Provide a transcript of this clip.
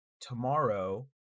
Tomorrow